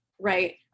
right